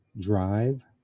drive